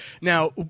Now